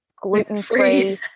gluten-free